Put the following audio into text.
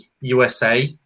USA